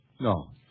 No